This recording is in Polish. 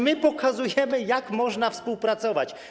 My pokazujemy, jak można współpracować.